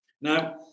Now